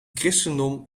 christendom